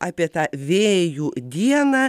apie tą vėjų dieną